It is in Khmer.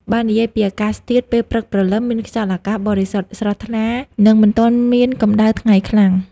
បើនិយាយពីអាកាសធាតុ ពេលព្រឹកព្រលឹមមានខ្យល់អាកាសបរិសុទ្ធ ស្រស់ថ្លា និងមិនទាន់មានកម្ដៅថ្ងៃខ្លាំង ។